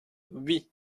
oui